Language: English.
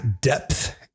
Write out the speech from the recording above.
depth